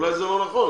אולי זה לא נכון,